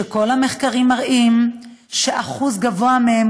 שכל המחקרים מראים שאחוז גבוה מהם,